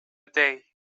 dig